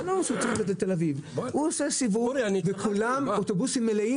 הוא עושה סיבוב, וכולם אוטובוסים מלאי